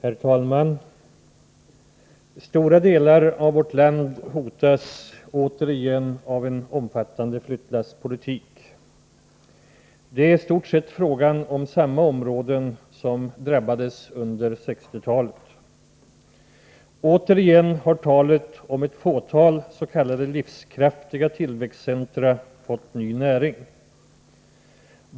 Herr talman! Stora delar av vårt land hotas återigen av en omfattande flyttlasspolitik. Det är i stort sett fråga om samma områden som drabbades under 1960-talet. Återigen har talet om ett fåtal s.k. livskraftiga tillväxtcentra fått ny näring.